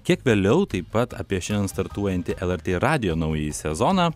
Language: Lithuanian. kiek vėliau taip pat apie šiandien startuojantį lrt radijo naująjį sezoną